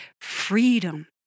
freedom